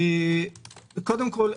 קודם כול,